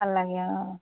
ভাল লাগে অঁ